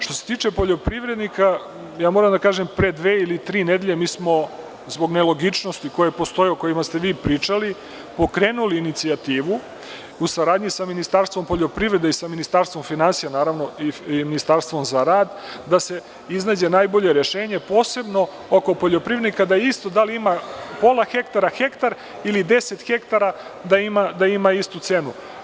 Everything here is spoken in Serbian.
Što se tiče poljoprivrednika, ja moram da kažem da smo pre dve ili tri nedelje, zbog nelogičnost koje postoje, o kojima ste vi pričali, pokrenuli inicijativu u saradnji sa Ministarstvom poljoprivrede i sa Ministarstvom finansija i Ministarstvom za rad da se iznađe najbolje rešenje, posebno oko poljoprivrednika, daisto da li ima pola hektara, hektar ili 10 hektara, da ima istu cenu.